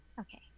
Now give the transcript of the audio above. Okay